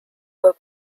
were